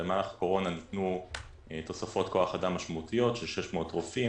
במהלך הקורונה ניתנו תוספות כוח אדם משמעותיות של 600 רופאים,